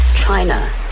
China